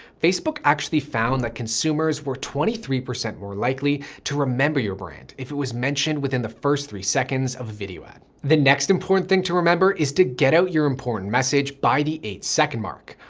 facebook actually found that consumers were twenty three percent more likely to remember your brand, if it was mentioned within the first three seconds video ad. the next important thing to remember is to get out your important message by the eight second mark.